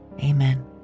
amen